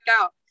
out